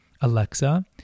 Alexa